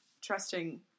trusting